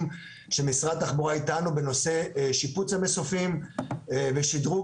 שמשרד התחבורה איתנו בנושא שיפוץ המסופים ושדרוג